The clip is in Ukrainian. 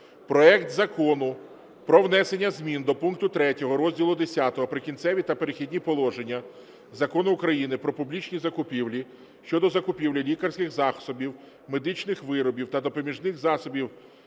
проект Закону про внесення змін до пункту 3 розділу Х "Прикінцеві та перехідні положення" Закону України "Про публічні закупівлі" щодо закупівлі лікарських засобів, медичних виробів та допоміжних засобів